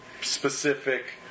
specific